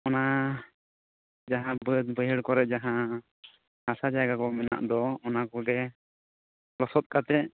ᱚᱱᱟ ᱡᱟᱦᱟᱸ ᱵᱟᱹᱫ ᱵᱟᱹᱭᱦᱟᱹᱲ ᱠᱚᱨᱮ ᱡᱟᱦᱟᱸ ᱦᱟᱸᱥᱟ ᱡᱟᱭᱜᱟ ᱠᱚ ᱢᱮᱱᱟᱜ ᱫᱚ ᱚᱱᱟᱠᱚᱜᱮ ᱞᱚᱥᱚᱛ ᱠᱟᱛᱮᱫ